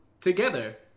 together